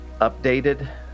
updated